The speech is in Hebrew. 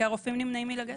כי הרופאים נמנעים מלגשת.